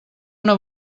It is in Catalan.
una